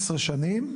15 שנים.